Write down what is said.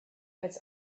als